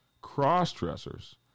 cross-dressers